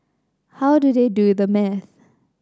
how do they do the math